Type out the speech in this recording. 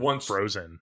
frozen